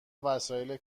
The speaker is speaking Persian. وسایل